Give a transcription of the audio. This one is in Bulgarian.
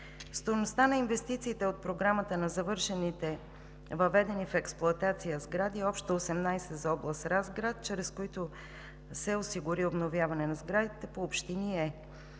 Стойността на инвестициите от Програмата на завършените, въведени в експлоатация сгради – общо 18 за област Разград, чрез които се осигури обновяване на сградите по общини е: